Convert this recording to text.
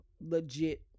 legit